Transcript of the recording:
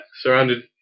surrounded